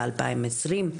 ב-2020.